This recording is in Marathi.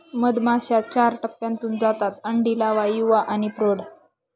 मधमाश्या चार टप्प्यांतून जातात अंडी, लावा, युवा आणि प्रौढ